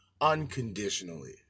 unconditionally